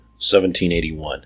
1781